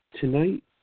Tonight